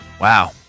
Wow